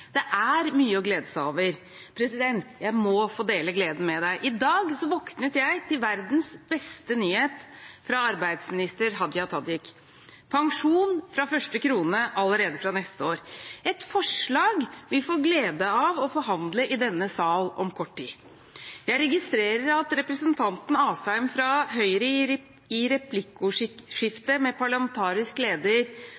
Det er mye å glede seg over – og, president, jeg må få dele gleden med deg: I dag våknet jeg til verdens beste nyhet fra arbeidsminister Hadia Tajik: pensjon fra første krone allerede fra neste år – et forslag vi får gleden av å forhandle om i denne sal om kort tid. Jeg registrerer at representanten Asheim fra Høyre, i